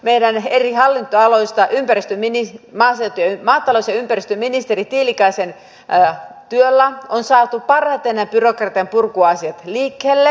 meidän eri hallinnonaloistamme maatalous ja ympäristöministeri tiilikaisen työllä on hänen hallinnonalallaan saatu parhaiten byrokratianpurkuasiat liikkeelle